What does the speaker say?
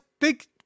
big